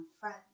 friends